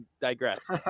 digress